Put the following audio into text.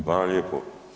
Hvala lijepo.